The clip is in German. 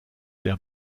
der